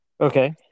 Okay